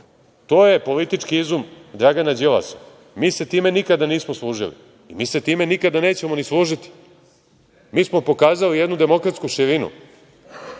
To je politički izum Dragana Đilasa. Mi se time nikada nismo služili i mi sa time nikada nećemo ni složiti. Mi smo pokazali jednu demokratsku širinu. Kada